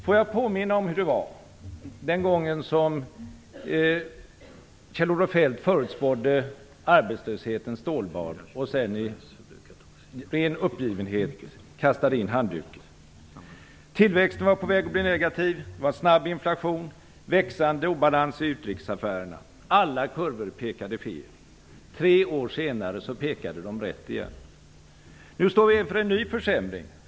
Får jag påminna om hur det var den gången som Kjell-Olof Feldt förutspådde arbetslöshetens stålbad, och sedan i ren uppgivenhet kastade in handduken? Tillväxten var på väg att bli negativ. Det var en snabbt ökande inflation och växande obalans i utrikesaffärerna. Alla kurvor pekade fel. Tre år senare pekade de rätt igen. Nu står vi inför en ny försämring.